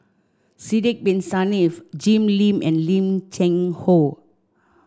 Sidek bin Saniff Jim Lim and Lim Cheng Hoe